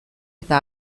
eta